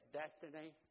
destiny